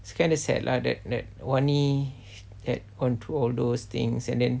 it's kind of sad lah that that wani that control all those things and then